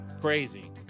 Crazy